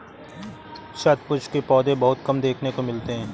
शतपुष्प के पौधे बहुत कम देखने को मिलते हैं